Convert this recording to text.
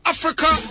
Africa